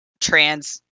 trans